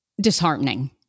disheartening